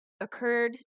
occurred